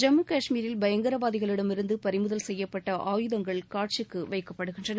ஜம்மு காஷ்மீரில் பயங்கரவாதிகளிடமிருந்து பறிமுதல் செய்யப்பட்ட ஆயுதங்கள் காட்சிக்கு வைக்கப்படுகின்றன